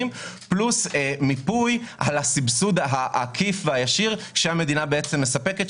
פלוס מיפוי על הסבסוד העקיף והישיר שהמדינה מספקת,